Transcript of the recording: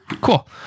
Cool